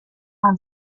man